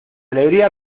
alegría